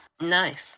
Nice